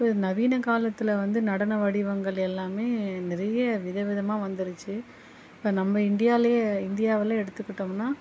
இப்போ நவீன காலத்தில் வந்து நடன வடிவங்கள் எல்லாமே நிறைய விதவிதமாக வந்துருச்சு இப்போ நம்ம இந்தியாலையே இந்தியாவில் எடுத்துக்கிட்டோமுன்னால்